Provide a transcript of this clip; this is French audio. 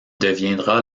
deviendra